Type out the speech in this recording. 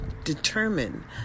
determine